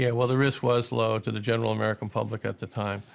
yeah, well, the risk was low to the general american public at the time.